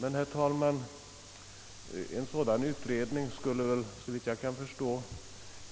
Men, herr talman, en sådan utredning skulle såvitt jag kan förstå